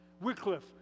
Wycliffe